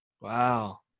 Wow